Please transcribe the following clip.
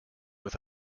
with